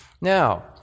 now